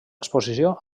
exposició